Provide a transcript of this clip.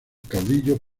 caudillo